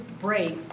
break